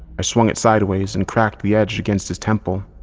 i swung it sideways and cracked the edge against his temple.